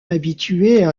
m’habituer